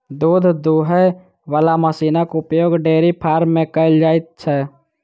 दूध दूहय बला मशीनक उपयोग डेयरी फार्म मे कयल जाइत छै